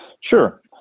Sure